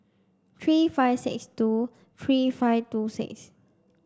three five six two three five two six